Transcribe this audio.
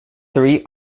three